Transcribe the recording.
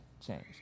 change